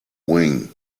wing